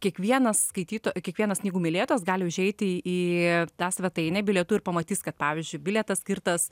kiekvienas skaityto kiekvienas knygų mylėtojas gali užeiti į tą svetainę bilietų ir pamatys kad pavyzdžiui bilietas skirtas